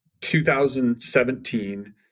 2017